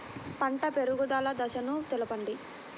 పంట పెరుగుదల దశలను తెలపండి?